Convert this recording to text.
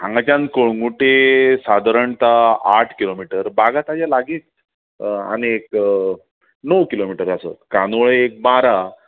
हांगांच्यान कळंगुटे सादारणता आठ किलोमिटर बागा ताज्या लागींच आनी णव किलोमिटर आसत कांदोळे बारा